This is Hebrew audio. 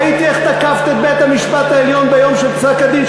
אבל ראיתי איך תקפת את בית-המשפט העליון ביום של פסק-הדין,